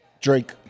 Drake